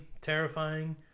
terrifying